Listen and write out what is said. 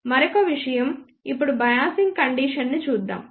మరొక విషయం ఇప్పుడు బయాసింగ్ కండీషన్ ని చూద్దాం